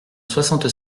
soixante